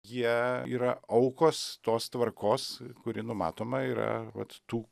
jie yra aukos tos tvarkos kuri numatoma yra vat tų